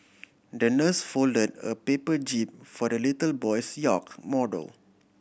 the nurse folded a paper jib for the little boy's yacht model